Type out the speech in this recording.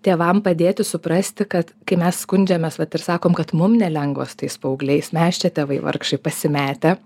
tėvam padėti suprasti kad kai mes skundžiamės vat ir sakom kad mum nelengva sutais paaugliais mes čia tėvai vargšai pasimetę